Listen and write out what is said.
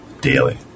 daily